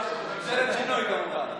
ממשלת שינוי, כמובן.